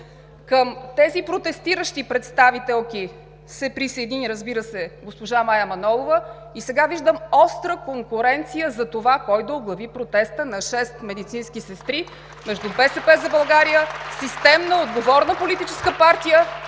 Към тези протестиращи представителки се присъедини, разбира се, госпожа Мая Манолова и сега виждам остра конкуренция за това кой да оглави протеста на шест медицински сестри (ръкопляскания от ГЕРБ) между „БСП за България“ – системна, отговорна политическа партия,